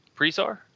Presar